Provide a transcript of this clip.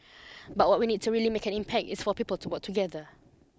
but what we need to really make an impact is for people to work together